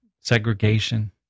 segregation